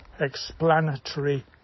explanatory